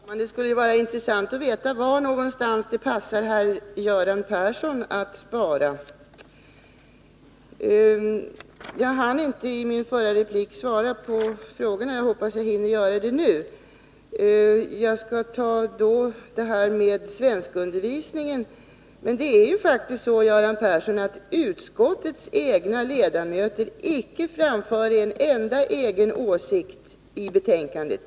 Herr talman! Det skulle vara intressant att veta var någonstans det passar herr Göran Persson att spara. Jag hann inte svara på frågorna i min förra replik, men jag hoppas att jag hinner göra det nu. Jag börjar då med frågan om svenskundervisningen. Det är faktiskt så, Göran Persson, att utskottets ledamöter icke har framfört en enda egen åsikt om detta i betänkandet.